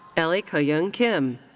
ellie kayoung kim.